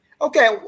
Okay